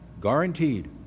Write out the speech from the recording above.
guaranteed